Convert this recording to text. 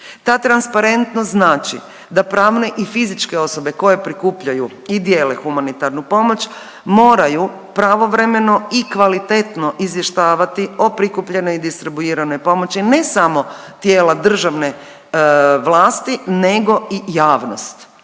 Ta transparentnost znači da pravne i fizičke osobe koje prikupljaju i dijele humanitarnu pomoć moraju pravovremeno i kvalitetno izvještavati o prikupljenoj i distribuiranoj pomoći, ne samo tijela državne vlasti nego i javnost.